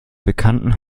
bekannten